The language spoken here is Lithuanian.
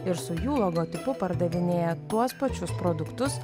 ir su jų logotipu pardavinėja tuos pačius produktus